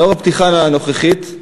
לאור הפתיחה הנוכחית,